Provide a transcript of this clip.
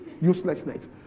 uselessness